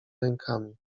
rękami